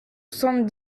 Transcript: soixante